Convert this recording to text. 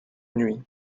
nuit